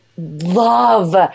love